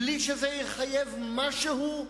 בלי שזה יחייב משהו.